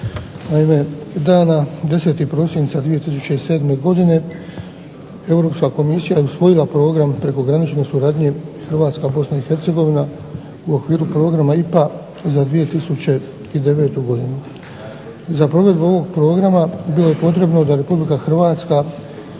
naime dana 10. prosinca 2007. godine Europska komisija je usvojila Program prekogranične suradnje Hrvatska – BiH u okviru Programa IPA za 2009. godinu. Za provedbu ovog programa bilo je potrebno da RH i Europska